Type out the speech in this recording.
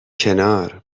کنار